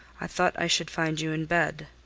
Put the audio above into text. i thought i should find you in bed,